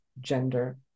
gender